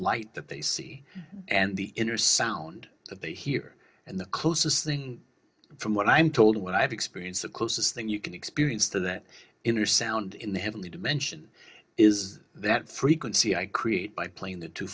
light that they see and the inner sound that they hear and the closest thing from what i'm told what i have experienced the closest thing you can experience to that inner sound in the heavenly dimension is that frequency i create by playing the two